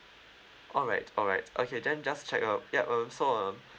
alright alright okay then just check uh yup um so um